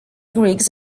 griggs